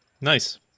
Nice